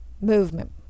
movement